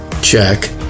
Check